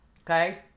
Okay